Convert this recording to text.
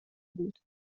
بود